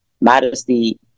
modesty